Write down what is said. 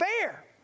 fair